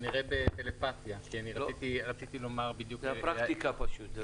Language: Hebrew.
כנראה, בטלפתיה -- זאת הפרקטיקה, פשוט.